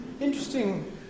Interesting